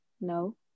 No